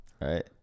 right